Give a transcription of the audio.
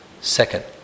Second